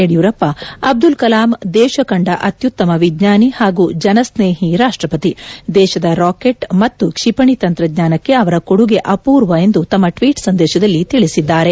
ಯಡಿಯೂರಪ್ಪ ಅಬ್ಲಲ್ ಕಲಾಂ ದೇಶ ಕಂಡ ಅತ್ನುತ್ತಮ ವಿಜ್ವಾನಿ ಹಾಗೂ ಜನಸ್ನೇಹಿ ರಾಷ್ಲಪತಿ ದೇಶದ ರಾಕೆಟ್ ಮತ್ತು ಕ್ಷಪಣಿ ತಂತ್ರಜ್ವಾನಕ್ಕೆ ಅವರ ಕೊಡುಗೆ ಅಮೂರ್ವ ಎಂದು ತಮ್ನ ಟ್ವೀಟ್ ಸಂದೇಶದಲ್ಲಿ ತಿಳಿಸಿದ್ದಾರೆ